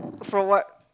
for what